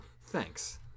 Thanks